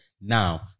Now